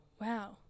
wow